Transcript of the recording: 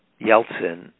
Yeltsin